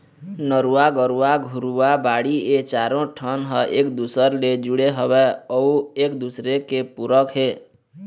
नरूवा, गरूवा, घुरूवा, बाड़ी ए चारों ठन ह एक दूसर ले जुड़े हवय अउ एक दूसरे के पूरक हे